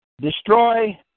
destroy